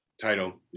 title